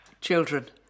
Children